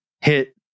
hit